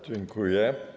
Dziękuję.